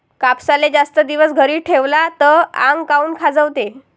कापसाले जास्त दिवस घरी ठेवला त आंग काऊन खाजवते?